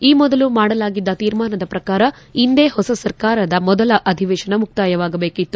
ಈ ಮೊದಲು ಮಾಡಲಾಗಿದ್ದ ತೀರ್ಮಾನದ ಪ್ರಕಾರ ಇಂದೇ ಹೊಸ ಸರ್ಕಾರದ ಮೊದಲ ಅಧಿವೇಶನ ಮುಕ್ತಾಯವಾಬೇಕಾಗಿತ್ತು